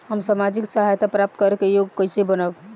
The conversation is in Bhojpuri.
हम सामाजिक सहायता प्राप्त करे के योग्य कइसे बनब?